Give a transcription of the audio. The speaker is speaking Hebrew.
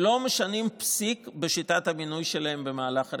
לא משנים פסיק בשיטת המינוי שלהם במהלך הרפורמה.